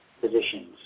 positions